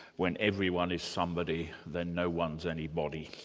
when everyone is somebody, then no-one's anybody'.